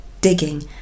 digging